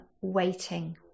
waiting